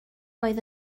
oedd